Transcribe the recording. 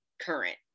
current